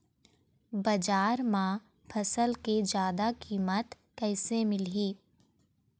बजार म फसल के जादा कीमत कैसे मिलही?